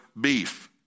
beef